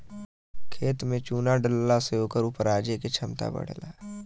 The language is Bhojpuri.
खेत में चुना डलला से ओकर उपराजे क क्षमता बढ़ेला